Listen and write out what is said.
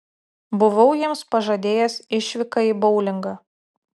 buvau jiems pažadėjęs išvyką į boulingą